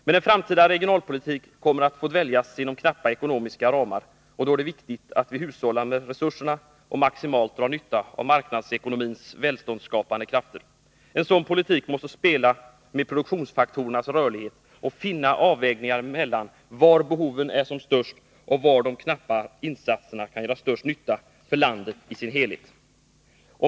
Men en framtida regionalpolitik kommer att få dväljas inom knappa ekonomiska ramar, och då är det viktigt att vi hushållar med resurserna och maximalt drar nytta av marknadsekonomins välståndsskapande krafter. En sådan politik måste spela med produktionsfaktorernas rörlighet och finna avvägningar mellan var behoven är som störst och var de knappa insatserna kan göra den största nyttan för landet i dess helhet.